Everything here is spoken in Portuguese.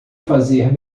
fazer